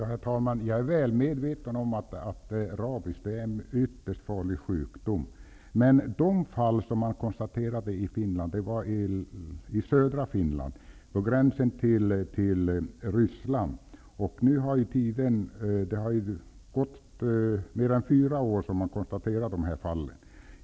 Herr talman! Jag är väl medveten om att rabies är en ytterst farlig sjukdom. Men de fall som konstaterades i Finland förekom i södra Finland, på gränsen till Ryssland. Det har nu gått mer än fyra år sedan dess.